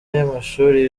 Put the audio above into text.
y’amashuri